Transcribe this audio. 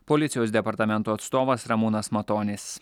policijos departamento atstovas ramūnas matonis